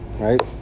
right